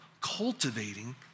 cultivating